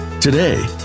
Today